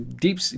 Deep